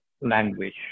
language